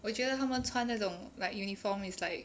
我觉得他们穿那种 like uniform is like